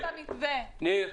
ניר,